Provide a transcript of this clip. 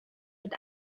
mit